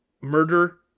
Murder